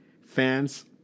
fans